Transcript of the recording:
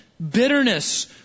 Bitterness